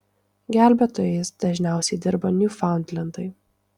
gelbėtojais dažniausiai dirba niūfaundlendai